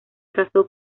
casó